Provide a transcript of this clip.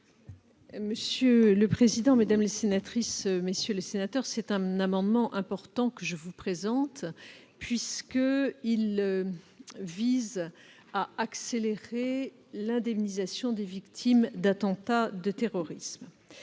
garde des sceaux. Mesdames les sénatrices, messieurs les sénateurs, c'est un amendement important que je vous présente. Il vise à accélérer l'indemnisation des victimes d'attentats terroristes.